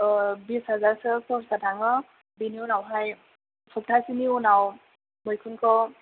बिस हाजारसो खरसा थाङो बेनि उनावहाय सबथासेनि उनाव मैखुनखौ